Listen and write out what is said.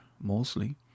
mostly